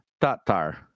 Tatar